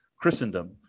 Christendom